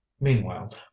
meanwhile